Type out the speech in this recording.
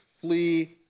flee